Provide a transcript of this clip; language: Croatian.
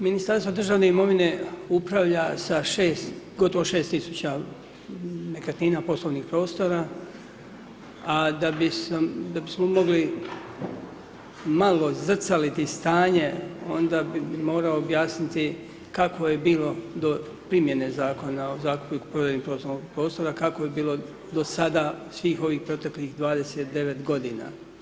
Ministarstvo državne imovine upravlja sa gotovo 6000 nekretnina, poslovnih prostora, a da bismo mogli malo zrcaliti stanje, onda bi morao objasniti kakvo je bilo do primjene Zakona o zakupu i kupoprodaji poslovnog prostora, kako je bilo do sada, svih ovih proteklih 29 godina.